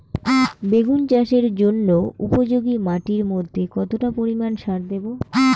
বেগুন চাষের জন্য উপযোগী মাটির মধ্যে কতটা পরিমান সার দেব?